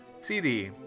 cd